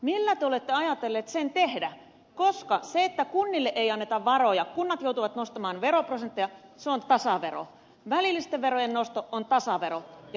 millä te olette ajatelleet sen tehdä koska sillä että kunnille ei anneta varoja ja kunnat joutuvat nostamaan veroprosentteja mennään kohti tasaveroa välillisten verojen nostolla mennään kohti tasaveroa